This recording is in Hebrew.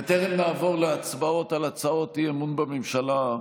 בטרם נעבור להצבעות על הצעות אי-אמון בממשלה,